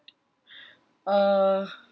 uh